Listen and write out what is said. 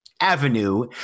avenue